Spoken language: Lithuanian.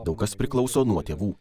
daug kas priklauso nuo tėvų